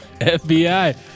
FBI